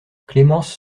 clémence